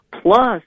Plus